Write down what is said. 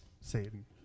Satan